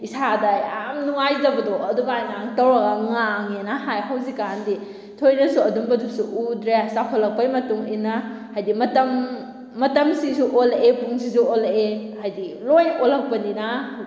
ꯏꯁꯥꯗ ꯌꯥꯝ ꯅꯨꯡꯉꯥꯏꯖꯕꯗꯣ ꯑꯗꯨꯃꯥꯏꯅ ꯇꯧꯔꯒ ꯉꯥꯡꯉꯦꯅ ꯍꯥꯏ ꯍꯧꯖꯤꯛꯀꯥꯟꯗꯤ ꯊꯣꯏꯅꯁꯨ ꯑꯗꯨꯝꯕꯗꯨꯁꯨ ꯎꯗ꯭ꯔꯦ ꯆꯥꯎꯈꯠꯂꯛꯄꯩ ꯃꯇꯨꯡ ꯏꯟꯅ ꯍꯥꯏꯗꯤ ꯃꯇꯝ ꯃꯇꯝꯁꯤꯁꯨ ꯑꯣꯜꯂꯛꯑꯦ ꯄꯨꯡꯁꯤꯁꯨ ꯑꯣꯜꯂꯛꯑꯦ ꯍꯥꯏꯗꯤ ꯂꯣꯏ ꯑꯣꯜꯂꯛꯄꯅꯤꯅ